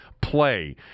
play